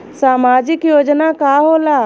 सामाजिक योजना का होला?